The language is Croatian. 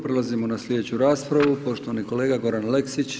Prelazimo na slijedeću raspravu, poštovani kolega Goran Aleksić.